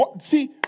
See